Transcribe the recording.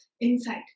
inside